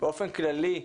באופן כללי,